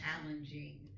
challenging